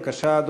בבקשה,